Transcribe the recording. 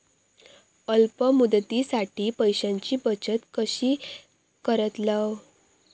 अल्प मुदतीसाठी पैशांची बचत कशी करतलव?